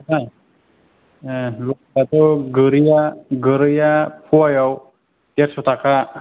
ओं लखेलाथ' गोरैआ गोरैआ फवायाव देरस' थाखा